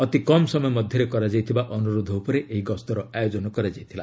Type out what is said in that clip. ଅତି କମ୍ ସମୟ ମଧ୍ୟରେ କରାଯାଇଥିବା ଅନୁରୋଧ ଉପରେ ଏହି ଗସ୍ତର ଆୟୋଜନ କରାଯାଇଥିଲା